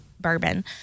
bourbon